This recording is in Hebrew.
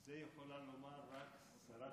את זה יכולה לומר רק שרת